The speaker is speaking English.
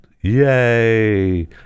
yay